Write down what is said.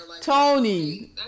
Tony